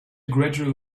gradual